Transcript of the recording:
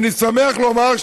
אני שמח לומר,